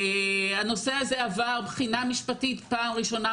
הנושא הזה עבר בחינה משפטית פעם ראשונה,